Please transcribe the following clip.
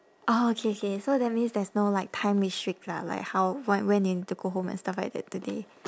oh okay okay so that means there's no like time restrict lah like how whe~ when you need to go home and stuff like that today